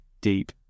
deep